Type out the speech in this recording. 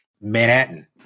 Manhattan